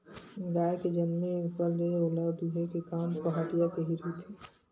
गाय के जनमे ऊपर ले ओला दूहे के काम पहाटिया के ही रहिथे